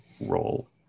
role